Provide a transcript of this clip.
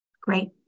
Great